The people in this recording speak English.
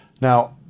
Now